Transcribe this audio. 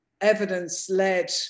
evidence-led